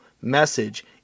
message